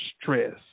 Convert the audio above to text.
stress